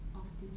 of this